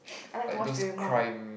like those crime